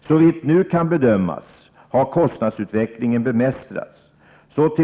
Såvitt nu kan bedömas har kostnadsutvecklingen bemästrats. Så